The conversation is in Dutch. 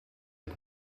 dit